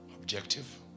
Objective